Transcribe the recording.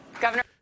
Governor